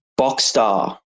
Boxstar